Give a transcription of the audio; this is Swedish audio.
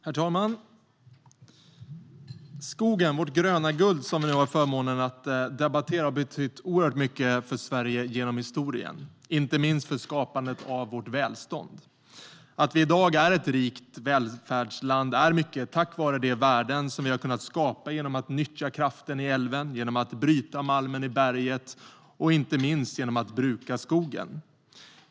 Herr talman! Skogen, vårt gröna guld, som vi nu har förmånen att debattera har betytt oerhört mycket för Sverige genom historien, inte minst för skapandet av vårt välstånd. Att vi i dag är ett rikt välfärdsland är mycket tack vare de värden som vi har kunnat skapa genom att nyttja kraften i älven, genom att bryta malmen i berget och inte minst genom att bruka skogen.